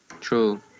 True